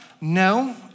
no